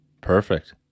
Perfect